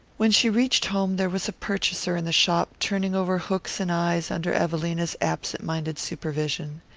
when she reached home there was a purchaser in the shop, turning over hooks and eyes under evelina's absent-minded supervision.